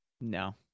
no